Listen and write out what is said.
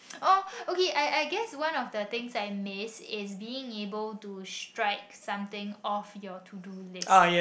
oh okay I I guess one of the things I miss is being able to strike something off your to do list